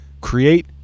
Create